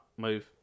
Move